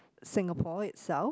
Singapore itself